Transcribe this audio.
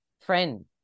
friend